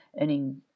earning